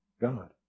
God